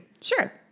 Sure